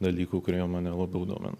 dalykų kurie mane labiau domina